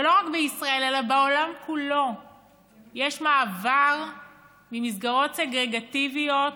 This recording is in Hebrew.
ולא רק בישראל אלא בעולם כולו יש מעבר ממסגרות סגרגטיביות,